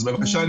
אז בבקשה,